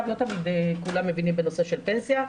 ולא תמיד כולם מבינים בנושא של פנסיה.